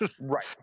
right